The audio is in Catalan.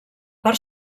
part